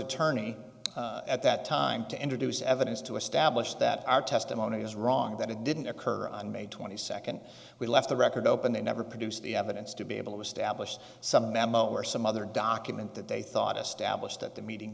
attorney at that time to introduce evidence to establish that our testimony was wrong that it didn't occur on may twenty second we left the record open they never produced the evidence to be able to establish some memo or some other document that they thought establish that the meeting